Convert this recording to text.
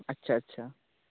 ᱟᱪᱪᱷᱟ ᱟᱪᱪᱷᱟ